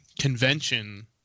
convention